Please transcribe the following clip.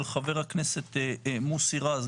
של חה"כ מוסי רז,